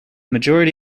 majority